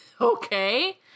Okay